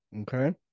okay